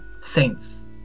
saints